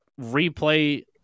replay